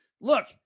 look